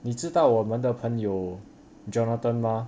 你知道我们的朋友 jonathan mah